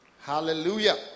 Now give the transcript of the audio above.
Hallelujah